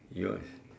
yours